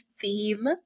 theme